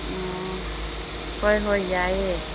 ꯑꯣ ꯍꯣꯏ ꯍꯣꯏ ꯌꯥꯏꯌꯦ